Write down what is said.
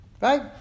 Right